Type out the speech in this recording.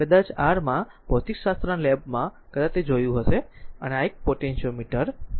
કદાચ r માં r માં ભૌતિકશાસ્ત્ર લેબમાં કદાચ તે જોયું હશે બરાબર આ એક પોટેન્ટીયોમીટર છે